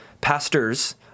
pastors